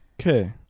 Okay